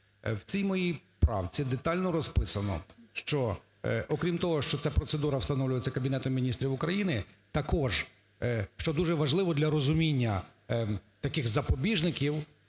В цій моїй правці детально розписано, що, окрім того, що ця процедура встановлюється Кабінетом Міністрів України, також, що дуже важливо для розуміння таких запобіжників,